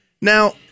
Now